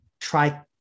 try